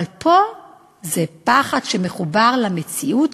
אבל פה זה פחד שמחובר למציאות,